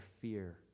fear